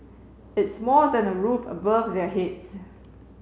it's more than a roof above their heads